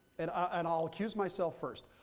and and i'll accuse myself first,